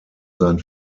sein